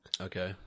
okay